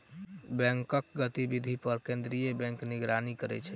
बैंकक गतिविधि पर केंद्रीय बैंक निगरानी करै छै